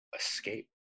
escape